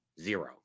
zero